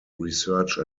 research